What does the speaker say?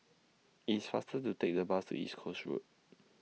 It's faster to Take The Bus to East Coast Road